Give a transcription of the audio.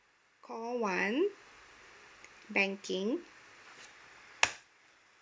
call one banking